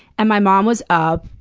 and my mom was up.